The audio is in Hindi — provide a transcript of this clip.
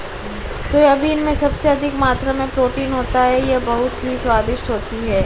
सोयाबीन में सबसे अधिक मात्रा में प्रोटीन होता है यह बहुत ही स्वादिष्ट होती हैं